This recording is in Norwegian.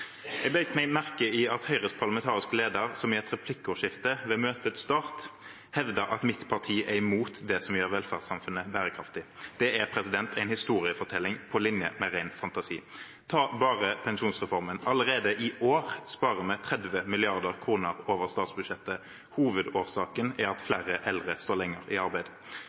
Jeg bet meg merke i at Høyres parlamentariske leder i et replikkordskifte ved møtets start hevdet at mitt parti er imot det som gjør velferdssamfunnet bærekraftig. Det er en historiefortelling på linje med ren fantasi. Ta bare pensjonsreformen: Allerede i år sparer vi 30 mrd. kr over statsbudsjettet. Hovedårsaken er at flere eldre står lenger i arbeid.